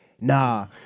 nah